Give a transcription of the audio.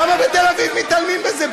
למה בתל-אביב מתעלמים מזה,